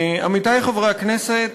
עמיתי חברי הכנסת,